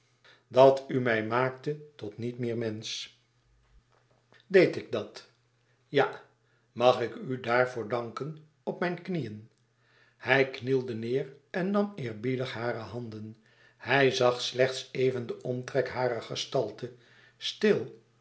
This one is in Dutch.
dat u mij maakte tot niet meer mensch deed ik dat ja mag ik u daarvoor danken op mijn knieën hij knielde neêr en nam eerbiedig hare handen hij zag slechts even den omtrek harer gestalte stil